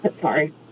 sorry